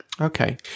Okay